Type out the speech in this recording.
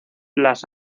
las